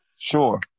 Sure